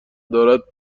دارد